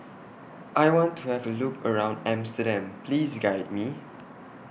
I want to Have A Look around Amsterdam Please Guide Me